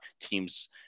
teams